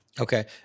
okay